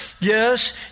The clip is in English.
Yes